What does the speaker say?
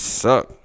suck